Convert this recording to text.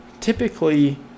typically